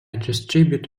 distributed